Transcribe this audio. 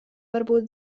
varbūt